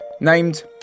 Named